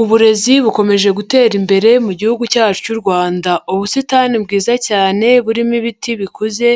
Uburezi bukomeje gutera imbere mu gihugu cyacu cy'u Rwanda, ubusitani bwiza cyane burimo ibiti bikuze